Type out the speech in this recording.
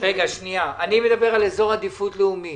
אז בואו נקצר,